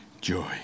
joy